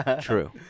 True